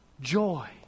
joy